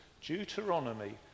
Deuteronomy